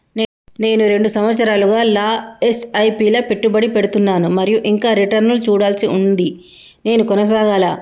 నేను రెండు సంవత్సరాలుగా ల ఎస్.ఐ.పి లా పెట్టుబడి పెడుతున్నాను మరియు ఇంకా రిటర్న్ లు చూడాల్సి ఉంది నేను కొనసాగాలా?